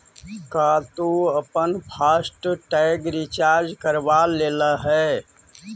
का तु अपन फास्ट टैग रिचार्ज करवा लेले हे?